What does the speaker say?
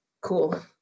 cool